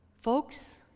Folks